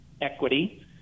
equity